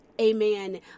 Amen